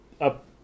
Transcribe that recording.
up